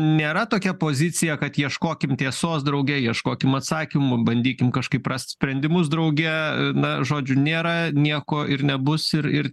nėra tokia pozicija kad ieškokim tiesos drauge ieškokim atsakymų bandykim kažkaip rast sprendimus drauge na žodžiu nėra nieko ir nebus ir ir